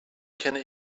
kenne